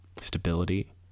Stability